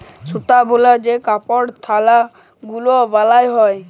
সুতা বালায় যে কাপড়ের থাল গুলা বালাল হ্যয়